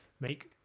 make